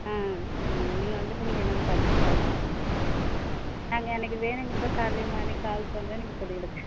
ஆ சரிங்க மேம் நீங்கள் வந்துட்டு நீங்கள் என்னென்னு பார்த்துட்டு கால் பண்ணுங்க நாங்கள் அன்றைக்கி வேணுங்கிறத காலையிலே மார்னிங் கால் பண்ணுறேன் நீங்கள் சொல்லிவிடுங்க